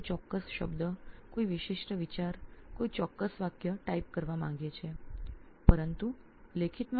કોઈ ચોક્કસ શબ્દ કોઈ વિશિષ્ટ વિચાર કોઈ ચોક્કસ વાક્ય શું લખવું છે તે આપણે પહેલાથી જ મનની એક પૂર્વનિર્ધારિતની સ્થિતિમાં હોઈએ છીએ